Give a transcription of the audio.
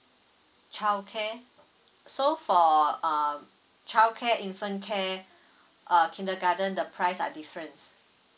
childcare so for uh childcare infant care and err kindergarten the price are difference